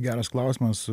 geras klausimas